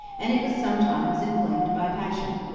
and it was sometimes inflamed by passion.